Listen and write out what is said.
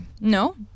no